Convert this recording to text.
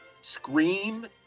Scream